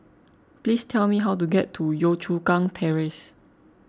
please tell me how to get to Yio Chu Kang Terrace